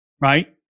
right